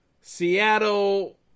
Seattle